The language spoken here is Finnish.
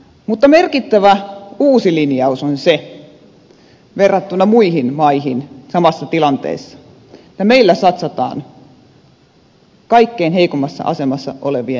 mutta merkittävä uusi linjaus on se verrattuna muihin maihin samassa tilanteessa että meillä satsataan kaikkein heikoimmassa asemassa olevien perusturvaan